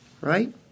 right